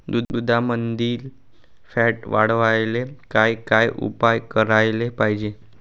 दुधामंदील फॅट वाढवायले काय काय उपाय करायले पाहिजे?